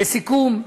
לסיכום,